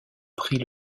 pris